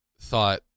thought